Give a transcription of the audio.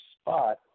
spot